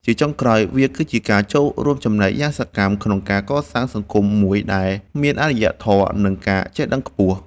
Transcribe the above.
ជាចុងក្រោយ វាគឺជាការចូលរួមចំណែកយ៉ាងសកម្មក្នុងការកសាងសង្គមមួយដែលមានអារ្យធម៌ និងការចេះដឹងខ្ពស់។